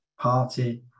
party